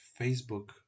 Facebook